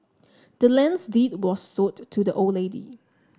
the land's deed was sold to the old lady